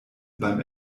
beim